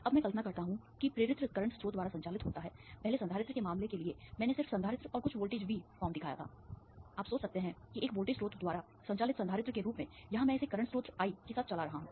अब मैं कल्पना करता हूं कि प्रेरित्र करंट स्रोत द्वारा संचालित होता है पहले संधारित्र के मामले के लिए मैंने सिर्फ संधारित्र और कुछ वोल्टेज V फॉर्म दिखाया था आप सोच सकते हैं कि एक वोल्टेज स्रोत द्वारा संचालित संधारित्र के रूप में यहां मैं इसे करंट स्रोत I के साथ चला रहा हूं